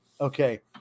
Okay